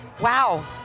wow